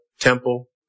temple